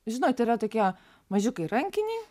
žinot yra tokie mažiukai rankiniai